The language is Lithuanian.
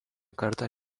kartą